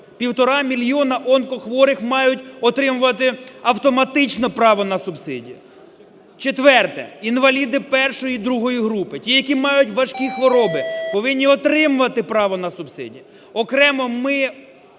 півтора мільйони онкохворих мають отримувати автоматично право на субсидії. Четверте. Інваліди І-ІІ групи - ті, які мають важкі хвороби, мають повинні отримувати право на субсидії. Окремо ми